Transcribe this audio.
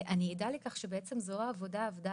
אני עדה לכך שבעצם זרוע העבודה עבדה